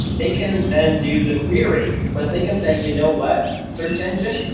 they can then do the query, but they can say, you know what search engine?